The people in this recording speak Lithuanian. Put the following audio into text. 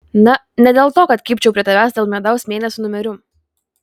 na ne dėl to kad kibčiau prie tavęs dėl medaus mėnesio numerių